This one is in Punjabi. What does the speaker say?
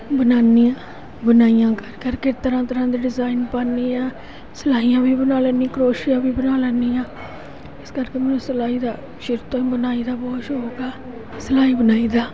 ਬਣਾਉਂਦੀ ਹਾਂ ਬੁਣਾਈਆਂ ਕਰ ਕਰਕੇ ਤਰ੍ਹਾਂ ਤਰ੍ਹਾਂ ਦੇ ਡਿਜ਼ਾਇਨ ਪਾਉਂਦੀ ਹਾਂ ਸਲਾਈਆਂ ਵੀ ਬਣਾ ਲੈਂਦੀ ਕਰੋਸ਼ੀਆ ਵੀ ਬਣਾ ਲੈਂਦੀ ਹਾਂ ਇਸ ਕਰਕੇ ਮੈਨੂੰ ਸਲਾਈ ਦਾ ਸ਼ੁਰੂ ਤੋਂ ਹੀ ਬੁਣਾਈ ਦਾ ਬਹੁਤ ਸ਼ੌਂਕ ਆ ਸਲਾਈ ਬੁਣਾਈ ਦਾ